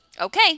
Okay